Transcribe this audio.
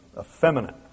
effeminate